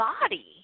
body